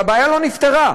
והבעיה לא נפתרה.